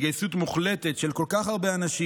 בהתגייסות מוחלטת של כל כך הרבה אנשים,